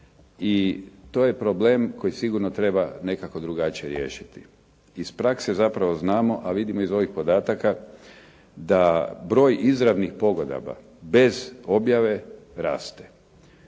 i to je problem koji sigurno treba nekako drugačije riješiti. Iz prakse zapravo znamo, a vidimo iz ovih podataka, da broj izravnih pogodaba bez objave raste.